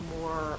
more